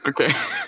Okay